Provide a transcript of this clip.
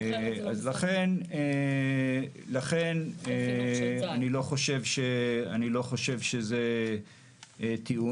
לכן אני לא חושב שזה טיעון.